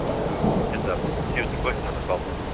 who ended up seriously working on the problem,